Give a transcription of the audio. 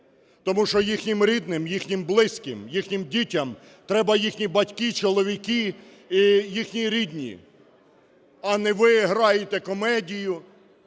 тому що їхнім рідним, їхнім близьким, їхнім дітям треба їхні батьки, чоловіки і їхні рідні. А не ви граєте комедію,